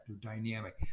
dynamic